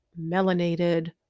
melanated